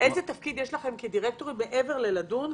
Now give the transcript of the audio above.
איזה תפקיד יש לכם כדירקטורים מעבר ללדון?